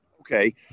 okay